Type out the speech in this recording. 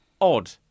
odd